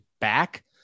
back